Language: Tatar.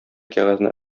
кәгазьне